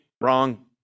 Wrong